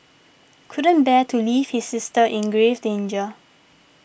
couldn't bear to leave his sister in grave danger